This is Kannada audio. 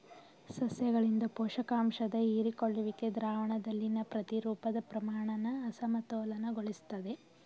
ಸಸ್ಯಗಳಿಂದ ಪೋಷಕಾಂಶದ ಹೀರಿಕೊಳ್ಳುವಿಕೆ ದ್ರಾವಣದಲ್ಲಿನ ಪ್ರತಿರೂಪದ ಪ್ರಮಾಣನ ಅಸಮತೋಲನಗೊಳಿಸ್ತದೆ